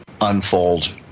unfold